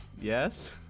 Yes